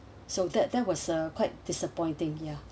so that that was a quite disappointing ya